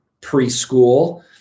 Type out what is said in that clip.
preschool